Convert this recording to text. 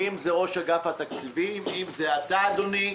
אם זה ראש אגף התקציבים, אם זה אתה, אדוני.